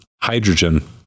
hydrogen